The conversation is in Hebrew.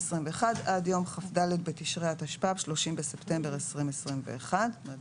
עד יום כ"ד בתשרי התשפ"ב (30 בספטמבר 2021), יראו